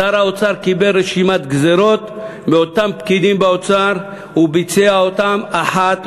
שר האוצר קיבל רשימת גזירות מאותם פקידים באוצר וביצע אותן אחת לאחת.